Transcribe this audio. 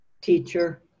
teacher